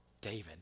David